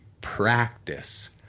practice